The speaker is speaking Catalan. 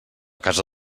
casa